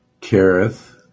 careth